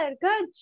good